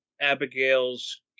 Abigail's